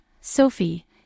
Sophie